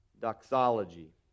doxology